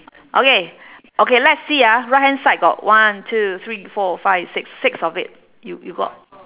okay okay let's see ah right hand side got one two three four five six six of it you you got